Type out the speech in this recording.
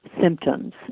symptoms